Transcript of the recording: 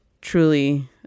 truly